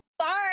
sorry